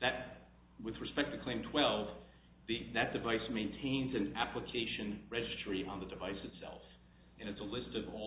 that with respect to claim twelve the device maintains an application registry on the device itself and it's a list of all